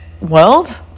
world